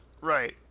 right